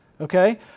okay